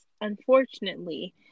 Unfortunately